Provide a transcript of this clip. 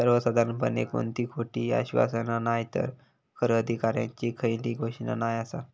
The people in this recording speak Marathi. सर्वसाधारणपणे कोणती खोटी आश्वासना नायतर कर अधिकाऱ्यांची खयली घोषणा नाय आसा